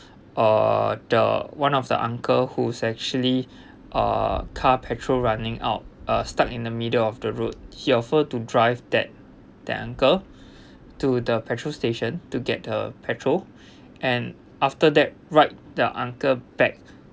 uh the one of the uncle who's actually uh car petrol running out are stuck in the middle of the road he offered to drive that that uncle to the petrol station to get the petrol and after that ride the uncle back